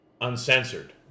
uncensored